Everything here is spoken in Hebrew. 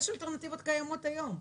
יש אלטרנטיבות שקיימות היום,